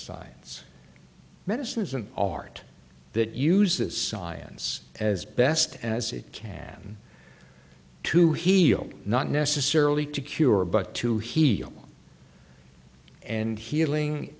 science medicine is an art that uses science as best as it can to heal not necessarily to cure but to heal and healing